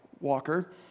walker